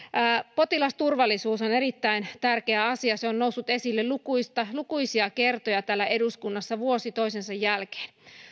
potilasturvallisuus on erittäin tärkeä asia se on noussut esille lukuisia lukuisia kertoja täällä eduskunnassa vuosi toisensa jälkeen